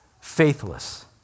Faithless